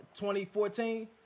2014